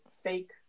fake